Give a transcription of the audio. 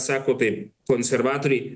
sako tai konservatoriai